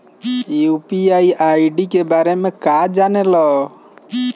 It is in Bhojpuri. यू.पी.आई आई.डी के बारे में का जाने ल?